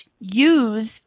use